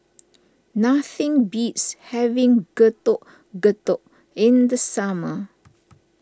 nothing beats having Getuk Getuk in the summer